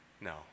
No